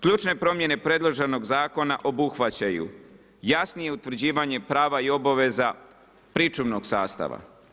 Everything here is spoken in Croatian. Ključne promjene predloženog zakona obuhvaćaju jasnije utvrđivanje prava i obaveza pričuvnog sastava.